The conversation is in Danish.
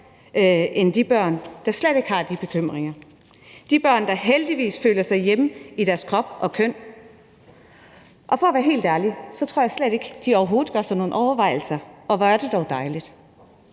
hos de børn, der slet ikke har de bekymringer – de børn, der heldigvis føler sig hjemme i deres krop og køn. For at være helt ærlig tror jeg slet ikke, de overhovedet gør sig nogen overvejelser, og hvor er det dog dejligt.